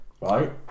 right